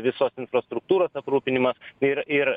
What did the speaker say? visos infrastruktūros aprūpinimą ir ir